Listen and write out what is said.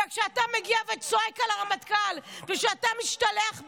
וכשאתה מגיע וצועק על הרמטכ"ל, וכשאתה משתלח בו,